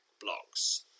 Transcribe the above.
blocks